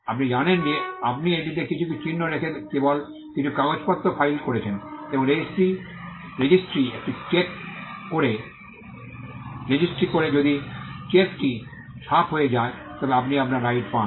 আপনি জানেন যে আপনি এটিতে কিছু চিহ্ন রেখে কেবল কিছু কাগজপত্র ফাইল করছেন এবং রেজিস্ট্রি একটি চেক করে এবং রেজিস্ট্রি করে যদি চেকটি সাফ হয়ে যায় তবে আপনি আপনার রাইট পান